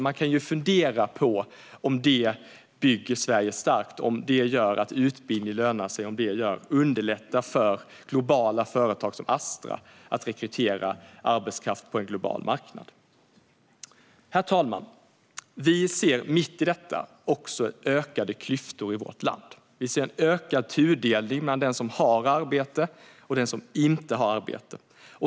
Man kan fundera över om det bygger Sverige starkt, om det gör att utbildning lönar sig och om det underlättar för globala företag som Astra att rekrytera arbetskraft på en global marknad. Herr talman! Vi ser mitt i detta också ökade klyftor i vårt land. Vi ser en ökad tudelning mellan den som har arbete och den som inte har arbete.